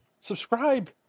subscribe